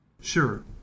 Sure